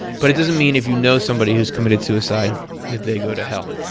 but it doesn't mean if you know somebody who's committed suicide that they go to hell.